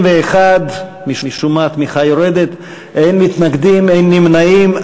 מתנגדים, אין נמנעים.